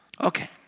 Okay